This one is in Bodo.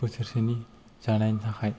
बोसोरसेनि जानायनि थाखाय